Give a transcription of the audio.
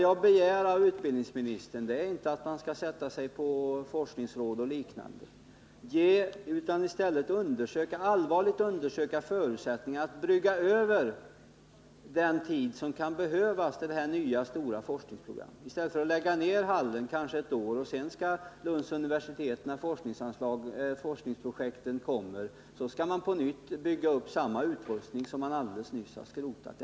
Jag begär inte av utbildningsministern att man skall sätta sig på forskningsråd och andra organ utan allvarligt undersöka förutsättningarna att brygga över tills det här stora, nya forskningsprogrammet kommer i stället för att ha energihallen nedlagd under kanske ett år. När forskningsprojekten sedan kommer skall man på nytt bygga upp samma utrustning som man alldeles nyss skrotat.